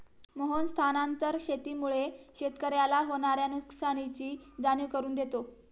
मोहन स्थानांतरण शेतीमुळे शेतकऱ्याला होणार्या नुकसानीची जाणीव करून देतो